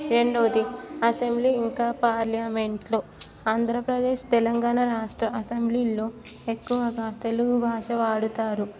రెండవది అసెంబ్లీ ఇంకా పార్లమెంట్లో ఆంధ్రప్రదేశ్ తెలంగాణ రాష్ట్ర అసెంబ్లీలలో ఎక్కువగా తెలుగు భాష వాడుతారు